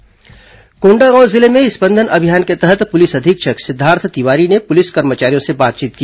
स्पंदन अभियान कोंडागांव जिले में स्पंदन अभियान के तहत पुलिस अधीक्षक सिद्धार्थ तिवारी ने पुलिस कर्मचारियों से बातचीत की